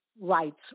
rights